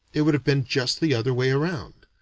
it would have been just the other way round.